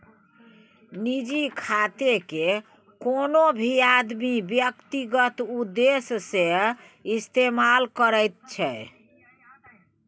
निजी खातेकेँ कोनो भी आदमी व्यक्तिगत उद्देश्य सँ इस्तेमाल करैत छै